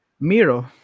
Miro